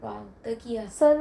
!wow! turkey ah